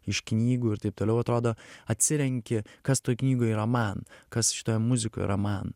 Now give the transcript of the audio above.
iš knygų ir taip toliau atrodo atsirenki kas toj knygoj yra man kas šitoje muzikoj yra man